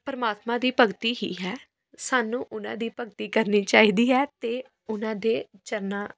ਪਰਮਾਤਮਾ ਦੀ ਭਗਤੀ ਹੀ ਹੈ ਸਾਨੂੰ ਉਹਨਾਂ ਦੀ ਭਗਤੀ ਕਰਨੀ ਚਾਹੀਦੀ ਹੈ ਅਤੇ ਉਹਨਾਂ ਦੇ ਚਰਨਾਂ